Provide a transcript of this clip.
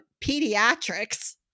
pediatrics